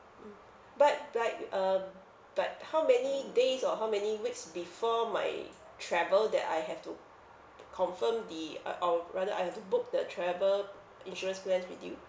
mm but like uh but how many days or how many weeks before my travel that I have to confirm the uh or rather I have to book the travel insurance plans with you